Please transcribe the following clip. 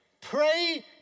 Pray